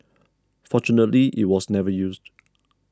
fortunately it was never used